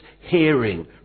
hearing